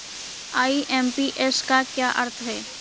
IMPS का क्या अर्थ है?